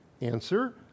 Answer